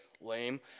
Lame